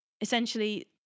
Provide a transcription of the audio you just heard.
Essentially